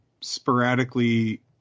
sporadically